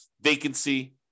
vacancy